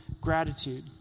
gratitude